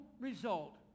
result